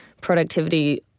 productivity